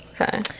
Okay